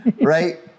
right